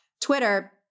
Twitter